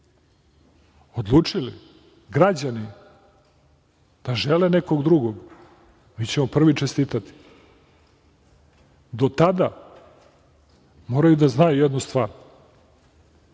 odlučili građani da žele nekog drugog, mi ćemo prvi čestitati, do tada moraju da znaju jednu stvar,